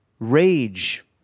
Rage